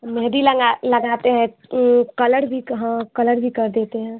मेहंदी लगा लगाते हैं कलर भी कहाँ कलर भी कर देते हैं